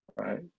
right